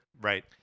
Right